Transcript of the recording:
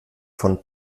von